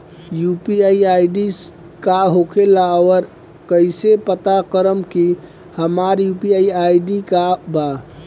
UPI ID का होखेला और कईसे पता करम की हमार यू.पी.आई आई.डी का बा?